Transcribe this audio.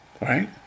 right